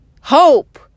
hope